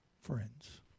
friends